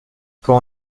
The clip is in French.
caen